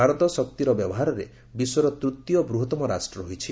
ଭାରତ ଶକ୍ତିର ବ୍ୟବହାରରେ ବିଶ୍ୱର ତୃତୀୟ ବୃହତ୍ତମ ରାଷ୍ଟ୍ର ହୋଇଛି